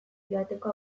joateko